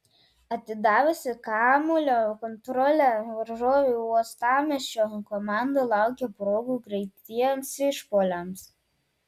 atidavusi kamuolio kontrolę varžovui uostamiesčio komanda laukė progų greitiems išpuoliams